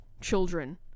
children